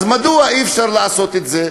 אז מדוע אי-אפשר לעשות את זה?